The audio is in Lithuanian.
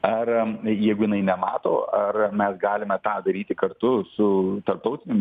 ar jeigu jinai nemato ar mes galime tą daryti kartu su tarptautiniu